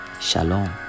Shalom